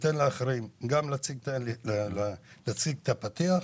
ניתן לאחרים להציג את הפתיח.